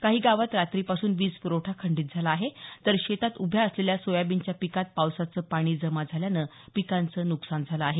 काही गावांत रात्रीपासून वीजपुरवठा खंडीत झाला आहे तर शेतात उभ्या असलेल्या सोयाबीनच्या पिकांत पावसाचं पाणी जमा झाल्यानं पिकाचं नुकसान झालं आहे